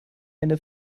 eine